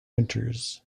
winters